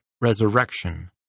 resurrection